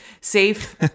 safe